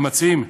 המציעים,